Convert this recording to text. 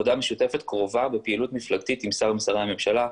עבודה משותפת קרובה בפעילות מפלגתית עם שר משרי הממשלה,